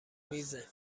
میزه